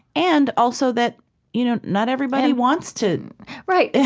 and also that you know not everybody wants to right. yeah